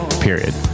period